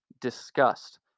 disgust